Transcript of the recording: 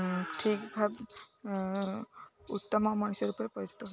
ଠିକ ଭାବ ଉତ୍ତମ ମଣିଷ ରୂପରେ ପରିଚିତ